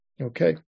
Okay